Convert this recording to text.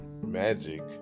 magic